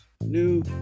new